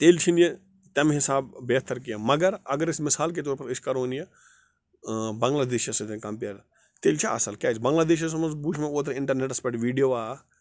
تیٚلہِ چھِنہٕ یہِ تَمہِ حساب بہتَر کیٚنٛہہ مگر اگر أسۍ مِثال کے طور پَر أسۍ کَرون یہِ بنٛگلادیشَس سۭتۍ کَمپِیَر تیٚلہِ چھِ اَصٕل کیٛاز بنٛگلادیشَس منٛز وٕچھ مےٚ اوترٕ اِنٹَرنٮ۪ٹَس پٮ۪ٹھ ویٖڈیو اَکھ